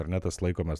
ar ne tas laikomas